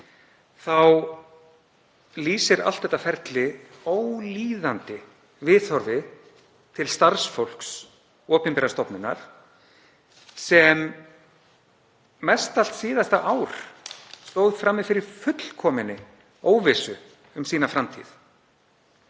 þá lýsir allt ferlið ólíðandi viðhorfi til starfsfólks opinberrar stofnunar, sem mestallt síðasta ár stóð frammi fyrir fullkominni óvissu um framtíð